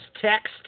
text